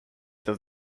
does